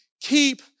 Keep